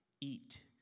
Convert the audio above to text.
Eat